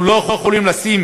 אנחנו לא יכולים לשים